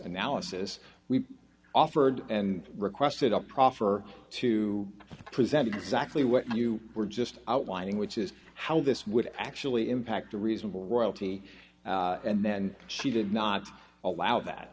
analysis we offered and requested a proffer to present exactly what you were just outlining which is how this would actually impact a reasonable royalty and then she did not allow that